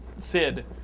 Sid